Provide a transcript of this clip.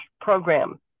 program